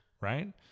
right